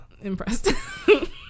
impressed